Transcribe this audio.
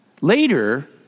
later